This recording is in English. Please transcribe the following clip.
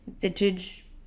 vintage